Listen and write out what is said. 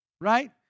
Right